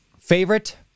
favorite